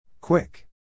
Quick